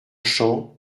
champ